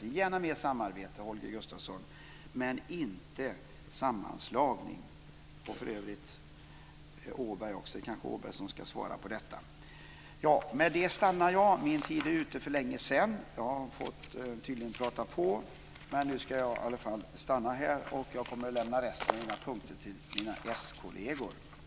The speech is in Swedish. Det får gärna vara mer samarbete, Holger Gustafsson, men inte sammanslagning. Det gäller för övrigt Ågren också. Det kanske är Ågren som ska svara på detta. Med det här stannar jag. Min talartid är ute för länge sedan. Jag har tydligen fått prata på. Men nu ska jag i alla fall sluta. Jag kommer att lämna resten av mina punkter till mina s-kolleger.